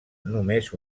només